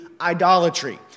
idolatry